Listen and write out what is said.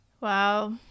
Wow